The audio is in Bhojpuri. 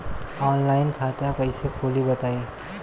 आनलाइन खाता कइसे खोली बताई?